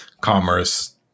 commerce